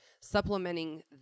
supplementing